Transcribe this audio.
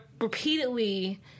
repeatedly